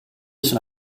sono